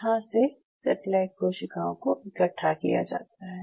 यहाँ से सेटेलाइट कोशिकाएं को इकट्ठा किया जाता है